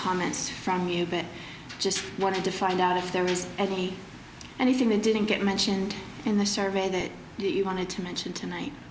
comments from you bit just wanted to find out if there was any anything that didn't get mentioned in the survey that you wanted to mention tonight